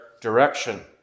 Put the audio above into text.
direction